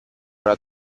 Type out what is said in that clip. alla